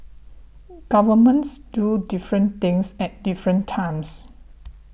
governments do different things at different times